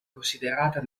considerata